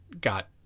got